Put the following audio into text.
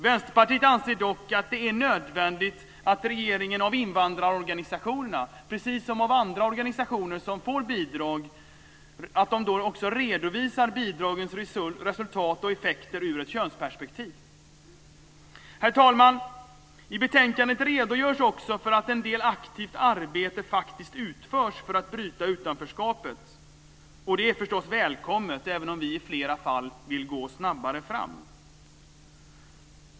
Vänsterpartiet anser dock att det är nödvändigt att regeringen kräver av invandrarorganisationerna, precis som av andra organisationer som får bidrag, att de redovisar bidragens resultat och effekter ur ett könsperspektiv. Herr talman! I betänkandet redogörs också för att en del aktivt arbete faktiskt utförs för att bryta utanförskapet, och det är förstås välkommet, även om vi i flera fall vill gå snabbare fram.